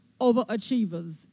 overachievers